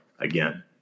again